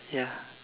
ya